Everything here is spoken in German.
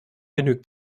genügt